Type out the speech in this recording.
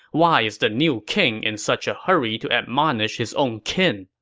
why is the new king in such a hurry to admonish his own kin?